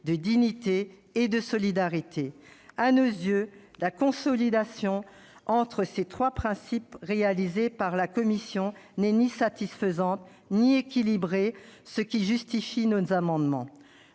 de dignité et de solidarité. À nos yeux, la conciliation entre ces trois principes qu'a réalisée la commission n'est ni satisfaisante ni équilibrée, ce qui légitime nos amendements.